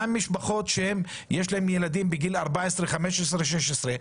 מה עם משפחות שיש להן ילדים בגילאי 14,15, 16?